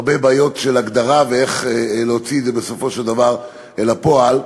הרבה בעיות של הגדרה ואיך להוציא את זה בסופו של דבר אל הפועל.